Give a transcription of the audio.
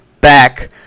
back